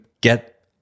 get